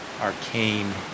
arcane